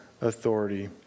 authority